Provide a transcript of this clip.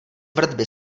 vrtby